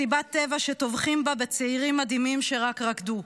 מסיבת טבע שטובחים בה בצעירים מדהימים שרק רקדו,